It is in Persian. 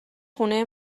خونه